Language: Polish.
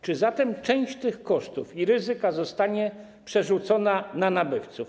Czy zatem część tych kosztów i ryzyka zostanie przerzucona na nabywców?